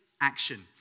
action